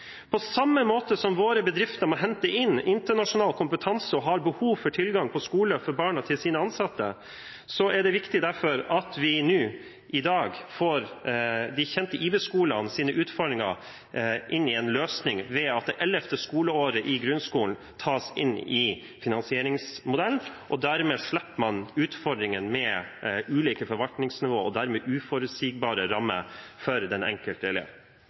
På samme måte som våre bedrifter må hente inn internasjonal kompetanse og har behov for tilgang på skoler for barna til sine ansatte, er det viktig at vi nå i dag får de kjente IB-skolenes utfordringer inn i en løsning, ved at det ellevte skoleåret i grunnskolen tas inn i finansieringsmodellen. Dermed slipper man utfordringen med ulike forvaltningsnivå og dermed uforutsigbare rammer for den enkelte elev.